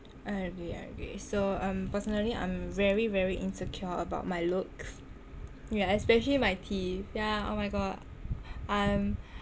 I agree I agree so um personally I'm very very insecure about my looks yah especially my teeth yah oh my god I'm